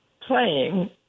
playing